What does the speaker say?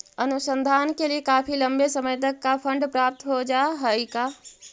अनुसंधान के लिए काफी लंबे समय तक का फंड प्राप्त हो जा हई का